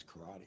karate